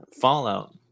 Fallout